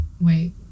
Wait